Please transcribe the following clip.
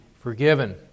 forgiven